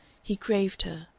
he craved her,